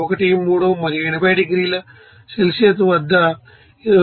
13 మరియు 80 డిగ్రీల Celsius వద్ద 29